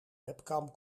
webcam